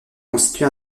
constitué